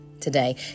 Today